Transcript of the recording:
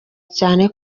cyane